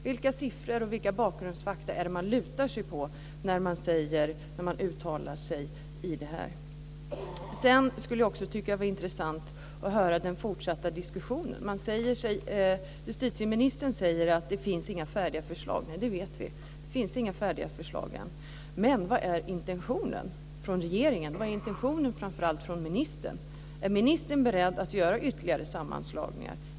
Vilka siffror och vilka bakgrundsfakta är det man lutar sig mot när man uttalar sig om det här? Sedan skulle jag också tycka att det vore intressant att höra den fortsatta diskussionen. Justitieministern säger att det inte finns några färdiga förslag. Nej, det vet vi. Det finns inga färdiga förslag ännu. Men vad är intentionen från regeringen? Vad är intentionen framför allt från ministern? Är ministern beredd att göra ytterligare sammanslagningar?